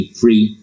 free